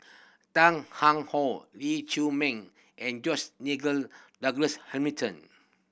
Tan How Lee Chiu Ming and Nigel Douglas Hamilton